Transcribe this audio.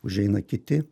užeina kiti